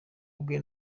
bwe